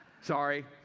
Sorry